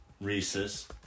Reese's